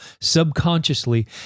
subconsciously